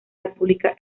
república